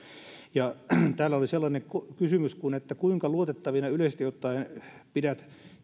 täällä oli sellainen kysymys kuinkuinka luotettavina yleisesti ottaen pidät